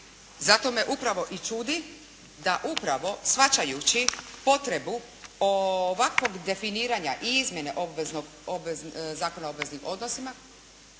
Zato me upravo i čudi da upravo shvaćajući potrebu ovakvog definiranja i izmjene Zakona o obveznim odnosima